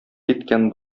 киткән